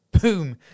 boom